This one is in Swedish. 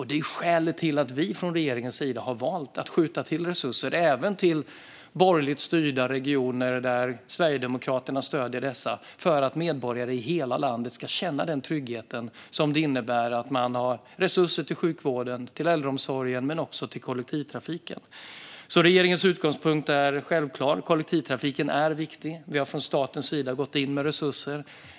Det är skälet till att regeringen har valt att skjuta till resurser, även till borgerligt styrda regioner där Sverigedemokraterna stöder dessa, för att medborgare i hela landet ska känna den trygghet som det innebär när man har resurser till sjukvården, äldreomsorgen och kollektivtrafiken. Regeringens utgångspunkt är självklar. Kollektivtrafiken är viktig. Staten har gått in med resurser.